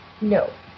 No